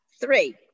Three